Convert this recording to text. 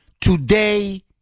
today